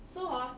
so hor